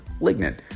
lignin